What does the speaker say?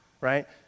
right